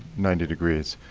ninety degrees.